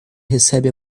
recebe